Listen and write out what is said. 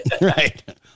right